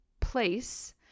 place